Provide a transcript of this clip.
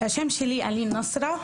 השם שלי הוא אלין נסרה.